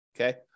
okay